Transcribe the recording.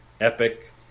epic